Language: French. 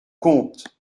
comte